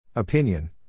Opinion